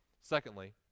Secondly